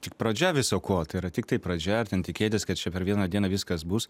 tik pradžia viso ko tai yra tiktai pradžia ir ten tikėtis kad čia per vieną dieną viskas bus